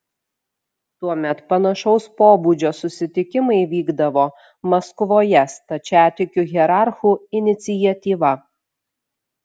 tuomet panašaus pobūdžio susitikimai vykdavo maskvoje stačiatikių hierarchų iniciatyva